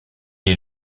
est